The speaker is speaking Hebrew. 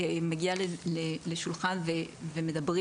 מגיע לשולחן ומדברים